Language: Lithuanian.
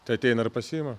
tai ateina ir pasiima